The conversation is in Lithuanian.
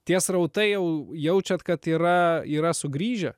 tie srautai jau jaučiat kad yra yra sugrįžę